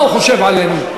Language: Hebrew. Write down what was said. מה הוא חושב עלינו?